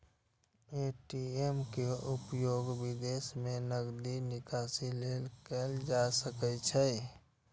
ATM के उपयोग विदेशो मे नकदी निकासी लेल कैल जा सकैत छैक